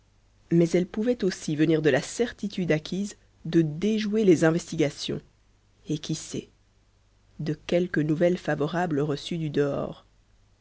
mais elle pouvait aussi venir de la certitude acquise de déjouer les investigations et qui sait de quelque nouvelle favorable reçue du dehors